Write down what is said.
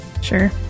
Sure